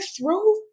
throw